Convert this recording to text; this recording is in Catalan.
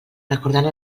recordant